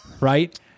right